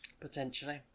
Potentially